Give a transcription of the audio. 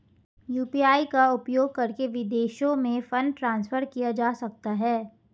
UPI का उपयोग करके विदेशों में फंड ट्रांसफर किया जा सकता है?